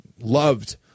loved